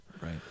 Right